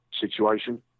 situation